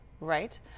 right